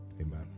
amen